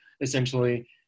essentially